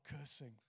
cursing